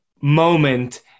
moment